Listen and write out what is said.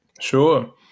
Sure